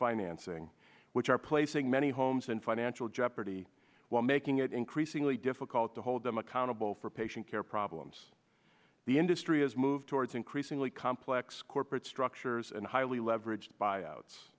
financing which are placing many homes in financial jeopardy while making it increasingly difficult to hold them accountable for patient care problems the industry has moved towards increasingly complex corporate structures and highly leveraged buyouts